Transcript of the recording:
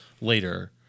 later